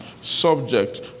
subject